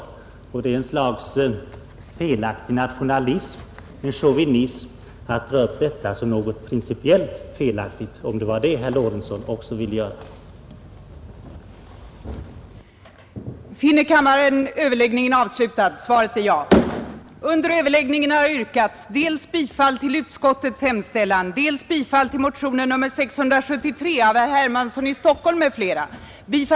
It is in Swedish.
För den händelse herr Lorentzon menade att internationell adoption skulle vara något principiellt felaktigt vill jag påpeka att en sådan uppfattning är ett utslag av en missriktad nationalism och chauvinism.